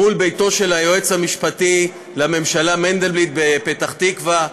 מול ביתו של היועץ המשפטי לממשלה מנדלבליט בפתח תקווה,